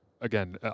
Again